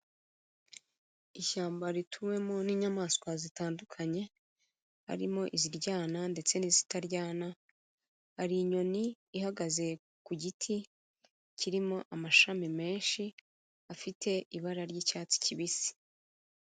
Ishyamba rituwemo n'inyamaswa zitandukanye, harimo iziryana ndetse n'izitaryana, hari inyoni ihagaze ku giti kirimo amashami menshi afite ibara ry'icyatsi kibisi.